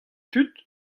tud